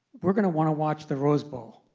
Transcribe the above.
we're going to want to watch the rose bowl.